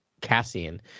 Cassian